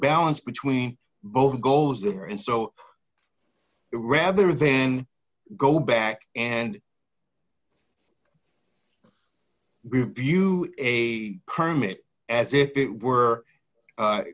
balance between both goals there and so rather then go back and review a permit as if it were